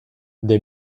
they